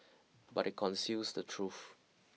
but it conceals the truth